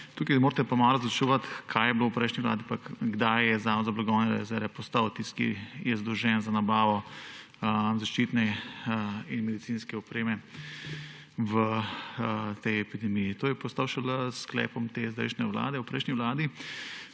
Tukajle morate pa malo razločevati, kaj je bilo v prejšnji vladi pa kdaj je Zavod za blagovne rezerve postal tisti, ki je zadolžen za nabavo zaščitne in medicinske opreme v tej epidemiji. To je postal šele s sklepom zdajšnje vlade, v prejšnji vladi